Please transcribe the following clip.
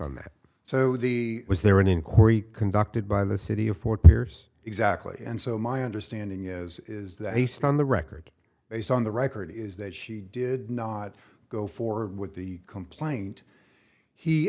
on that so the was there an inquiry conducted by the city of fort pierce exactly and so my understanding is is that based on the record based on the record is that she did not go forward with the complaint he